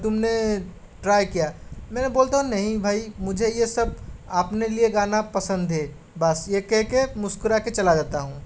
तुमने ट्राई किया मैं बोलता हूँ नहीं भाई मुझे यह सब आपने लिए गाना पसंद है बस यह कह कर मुस्कुरा कर चला जाता हूँ